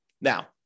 Now